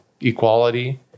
equality